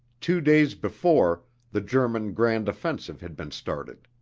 two days before, the german grand offensive had been started.